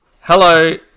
Hello